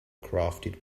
crafted